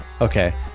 Okay